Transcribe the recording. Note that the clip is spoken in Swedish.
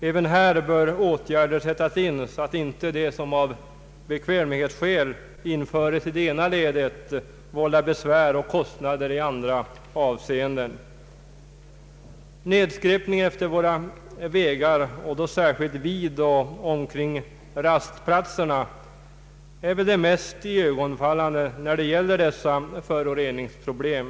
även här bör åtgärder sättas in, så att inte det som av bekvämlighetsskäl införes i det ena ledet på ett område vållar besvär och kostnader i andra avseenden. Nedskräpningen utefter våra vägar, och då särskilt vid och omkring rastplatserna, är väl det mest iögonenfallande av dessa föroreningsproblem.